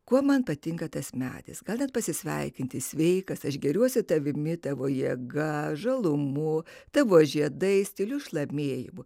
kuo man patinka tas medis gal net pasisveikinti sveikas aš gėriuosi tavimi tavo jėga žalumu tavo žiedais tyliu šlamėjimu